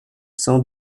sans